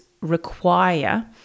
require